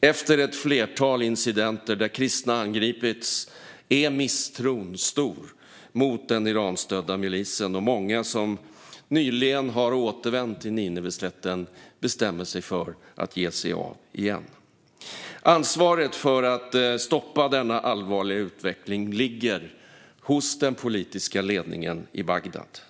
Efter ett flertal incidenter där kristna angripits är misstron stor mot den Iranstödda milisen, och många som nyligen har återvänt till Nineveslätten bestämmer sig för att ge sig av igen. Ansvaret för att stoppa denna allvarliga utveckling ligger hos den politiska ledningen i Bagdad.